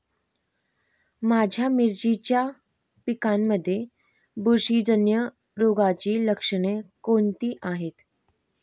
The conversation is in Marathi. माझ्या मिरचीच्या पिकांमध्ये बुरशीजन्य रोगाची लक्षणे कोणती आहेत?